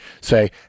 say